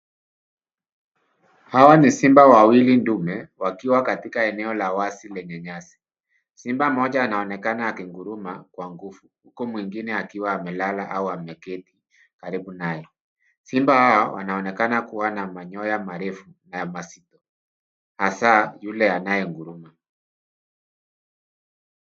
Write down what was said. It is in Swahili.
Hawa ni simba wawili ndume wakiwa katika eneo la wazi lenye nyasi. Simba mmoja anaonekana akinguruma kwa nguvu huku mwingine akiwa amelala au ameketi karibu nayo. Simba hawa wanaonekana kuwa na manyoya marefu na mazito, hasa yule anayenguruma.